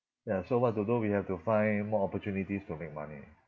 ya so what to do we have to find more opportunities to make money